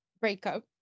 breakup